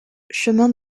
chemin